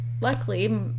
luckily